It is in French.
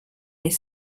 est